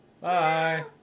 Bye